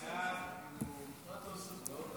ההצעה להעביר את הצעת חוק הפיקוח על